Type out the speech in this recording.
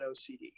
ocd